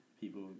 people